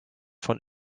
von